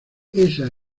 esa